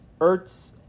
Ertz